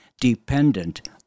dependent